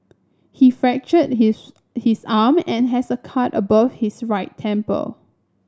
he fractured his his arm and has a cut above his right temple